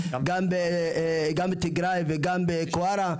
גם בתיגראי וגם בקווארה.